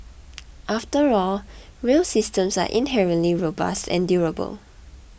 after all rail systems are inherently robust and durable